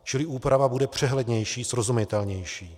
Čili úprava bude přehlednější, srozumitelnější.